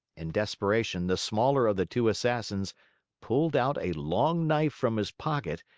in desperation the smaller of the two assassins pulled out a long knife from his pocket,